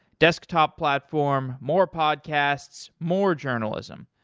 desktop platform, more podcasts, more journalism.